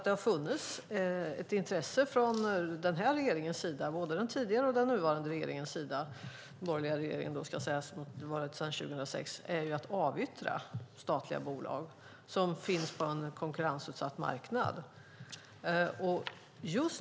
Det har sedan 2006 funnits ett intresse hos både den tidigare borgerliga regeringen och den nuvarande av att avyttra statliga bolag som finns på en konkurrensutsatt marknad.